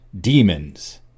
Demons